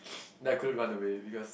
then I couldn't run away because